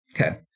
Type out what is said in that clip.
Okay